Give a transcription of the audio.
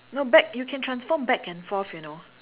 no back you can transform back and forth you know